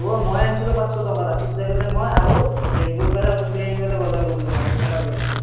অ' মই আনিছিলোঁ পাঁচশ টকাত লাষ্টত যায় পেলাই মই আৰু বেংকৰ পৰা ওলিয়াই আনি পেলাই বজাৰ কৰিলোঁ হাজাৰ টকা গেল্লে